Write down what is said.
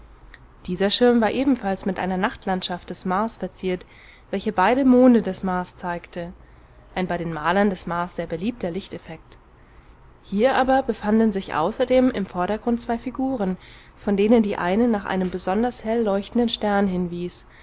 dieser schirm war ebenfalls mit einer nachtlandschaft des mars verziert welche beide monde des mars zeigte ein bei den malern des mars sehr beliebter lichteffekt hier aber befanden sich außerdem im vordergrund zwei figuren von denen die eine nach einem besonders hell leuchtenden stern hinwies